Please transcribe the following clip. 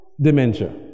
dementia